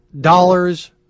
dollars